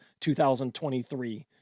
2023